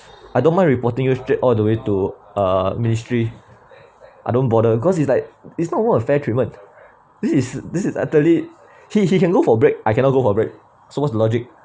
I don't mind reporting you straight all the way to uh ministry I don't bother cause it's like it's not even a fair treatment this is this is I tell he he he can go for break I cannot go for break so what's the logic